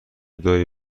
داری